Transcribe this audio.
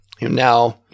Now